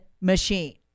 machine